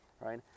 Right